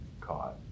caught